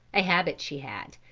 a habit she had,